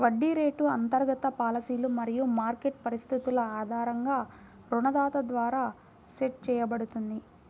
వడ్డీ రేటు అంతర్గత పాలసీలు మరియు మార్కెట్ పరిస్థితుల ఆధారంగా రుణదాత ద్వారా సెట్ చేయబడుతుంది